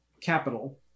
capital